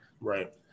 Right